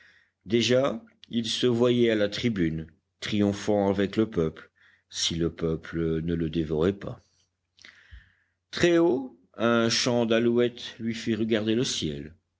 déjà il se voyait à la tribune triomphant avec le peuple si le peuple ne le dévorait pas très haut un chant d'alouette lui fit regarder le ciel